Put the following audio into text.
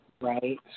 right